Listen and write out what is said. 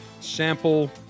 sample